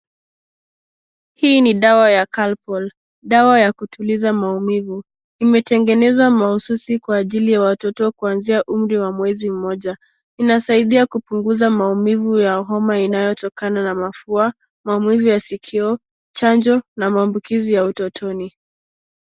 Hii ni dawa ya calpul, dawa ya kutuliza maumivu. Imetengenezwa mahususi kwa ajili ya watoto kuanzia umri wa mwezi mmoja. Inasaidia kupunguza maumivu ya homa inayotokana na mafua, maumivu ya sikio, chanjo na maambukizi ya utotoni.